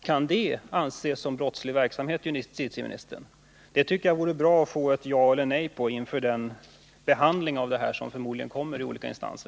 Kan det anses som brottslig verksamhet, justitieministern? Det tycker jag vore bra att få ett ja eller nej på inför den behandling som detta fall förmodligen kommer att få i olika instanser.